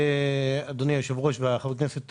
אדוני היושב-ראש וחברי הכנסת,